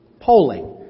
Polling